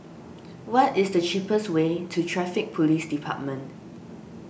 what is the cheapest way to Traffic Police Department